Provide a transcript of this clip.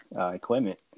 equipment